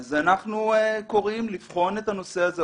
אז אנחנו קוראים לבחון את הנושא הזה.